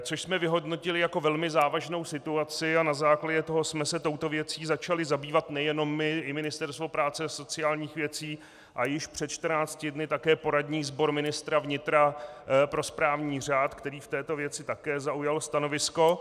Což jsme vyhodnotili jako velmi závažnou situaci a na základě toho jsme se touto věcí začali zabývat nejenom my, i Ministerstvo práce a sociálních věcí a již před 14 dny také poradní sbor ministra vnitra pro správní řád, který v této věci také zaujal stanovisko.